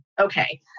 Okay